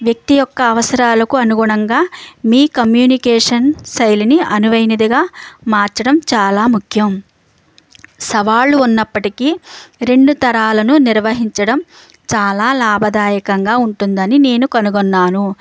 వ్యక్తి యొక్క అవసరాలకు అనుగుణంగా మీ కమ్యూనికేషన్ శైలిని అనువైనదిగా మార్చడం చాలా ముఖ్యం సవాళ్ళు ఉన్నప్పటికీ రెండు తరాలను నిర్వహించడం చాలా లాభదాయకంగా ఉంటుందని నేను కనుగొన్నాను